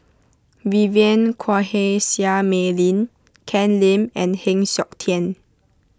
Vivien Quahe Seah Mei Lin Ken Lim and Heng Siok Tian